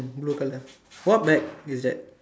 blue color what bag is that